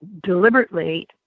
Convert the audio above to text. deliberately